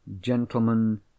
Gentlemen